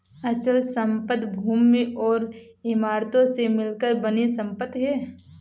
अचल संपत्ति भूमि और इमारतों से मिलकर बनी संपत्ति है